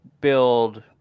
build